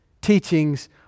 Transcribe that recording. teachings